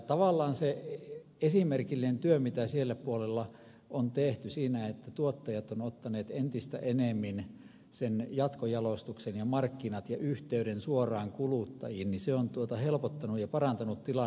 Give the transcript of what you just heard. tavallaan se esimerkillinen työ mitä sillä puolella on tehty siinä että tuottajat ovat ottaneet entistä enemmin sen jatkojalostuksen ja markkinat ja yhteyden suoraan kuluttajiin on helpottanut ja parantanut tilannetta